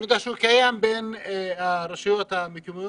שאני יודע שהוא קיים בין הרשויות המקומיות,